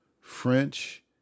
French